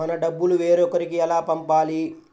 మన డబ్బులు వేరొకరికి ఎలా పంపాలి?